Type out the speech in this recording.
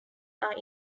are